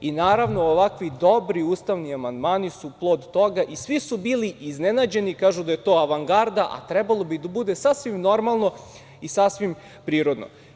Naravno, ovako dobri ustavni amandmani su plod toga i svi su bili iznenađeni, kažu da je to avangarda, a trebalo bi da bude sasvim normalno i sasvim prirodno.